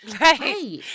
Right